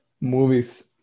Movies